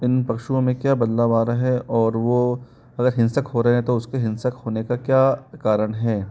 इन पशुओं में क्या बदलाव आ रहा है और वो अगर हिंसक हो रहे हैं तो उसके हिंसक होने का क्या कारण है